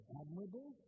admirable